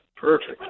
Perfect